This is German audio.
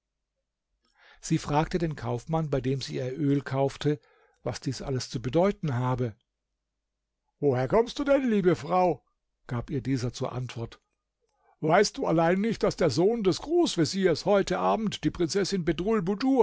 sie fragte den kaufmann bei dem sie ihr öl kaufte was dies alles zu bedeuten habe woher kommst denn du liebe frau gab ihr dieser zur antwort weißt du allein nicht daß der sohn des großveziers heute abend die prinzessin